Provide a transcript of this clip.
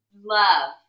love